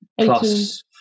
plus